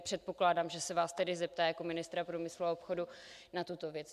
Předpokládám tedy, že se vás tedy zeptá jako ministra průmyslu a obchodu na tuto věc.